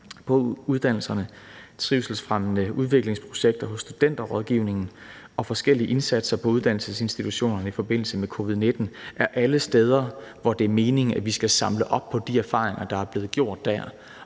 på uddannelserne, trivselsfremmende udviklingsprojekter hos Studenterrådgivningen og forskellige indsatser på uddannelsesinstitutionerne i forbindelse med covid-19, vil jeg sige, at det er meningen, at vi skal samle op på de erfaringer, der er blevet gjort alle